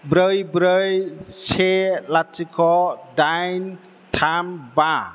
ब्रै ब्रै से लाथिख' दाइन थाम बा